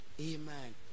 Amen